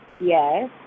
Yes